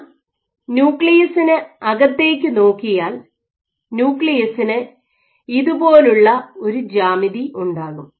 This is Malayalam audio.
ഞാൻ ന്യൂക്ലിയസിന് അകത്തേക്ക് നോക്കിയാൽ ന്യൂക്ലിയസിന് ഇതുപോലുള്ള ഒരു ജ്യാമിതി ഉണ്ടാകും